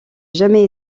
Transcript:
jamais